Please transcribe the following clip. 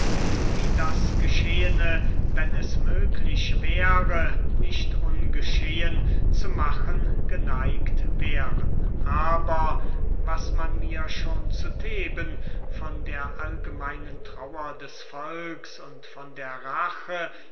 die das geschehene wenn es möglich wäre nicht ungeschehen zu machen geneigt wären aber was man mir schon zu theben von der allgemeinen trauer des volks und von der rache